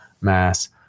mass